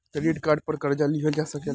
credit card पर कर्जा लिहल जा सकेला